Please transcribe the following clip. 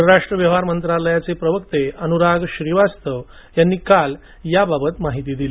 परराष्ट्र व्यवहार मंत्रालयाचे प्रवक्ते अनुराग श्रीवास्तव यांनी काल याबाबत माहिती दिली